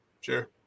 sure